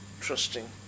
trusting